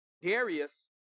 Darius